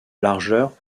largeur